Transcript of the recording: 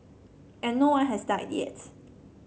and no one has died yet